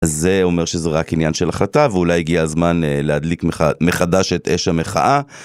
זה אומר שזה רק עניין של החלטה ואולי הגיע הזמן להדליק מחדש את אש המחאה.